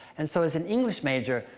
and so, as an english major,